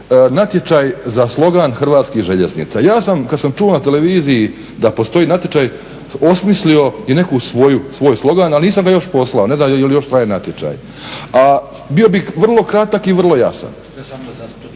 Hrvatskih željeznica. Ja sam kada sam čuo na televiziji da postoji natječaj osmislio i neki svoj slogan a nisam ga ja još poslao, ne znam je li još traje natječaj. A bio bih vrlo kratak i vrlo jasan.